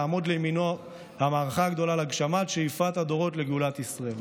ולעמוד לימינו במערכה הגדולה על הגשמת שאיפת הדורות לגאולת ישראל".